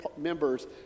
members